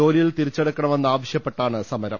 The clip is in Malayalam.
ജോലിയിൽ തിരിച്ചെടുക്കണമെന്ന് ആവശ്യപ്പെട്ടാണ് സമരം